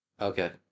Okay